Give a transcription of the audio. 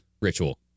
ritual